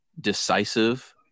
decisive